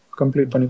complete